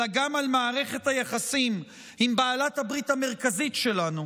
אלא גם על מערכת היחסים עם בעלת הברית המרכזית שלנו.